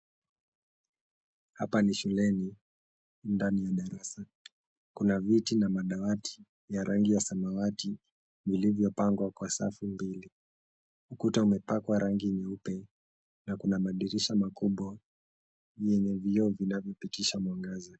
Hapa ni shuleni, ndani ya darasa. Kuna viti na madawati ya rangi ya samawati vilivyopangwa kwa safu mbili ukuta umepakwa rangi nyeupe na kuna madirisha makubwa yenye vioo vinavyopitisha mwangaza.